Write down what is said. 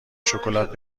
شکلات